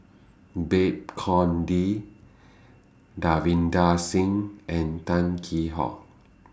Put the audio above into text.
Babes Conde Davinder Singh and Tan Kheam Hock